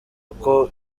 uko